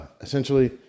essentially